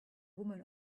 woman